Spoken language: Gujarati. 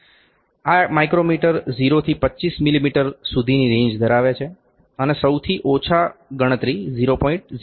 આ માઇક્રોમીટર 0 થી 25 મીમી સુધીની રેન્જ ધરાવે છે અને સૌથી ઓછી ગણતરી 0